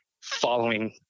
following